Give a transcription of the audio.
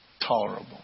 tolerable